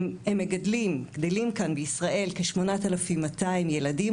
גדלים כאן בישראל כ-8,200 ילדים.